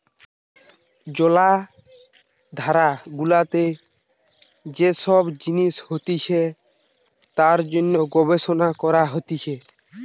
জলাধার গুলাতে যে সব জিনিস হতিছে তার জন্যে গবেষণা করা হতিছে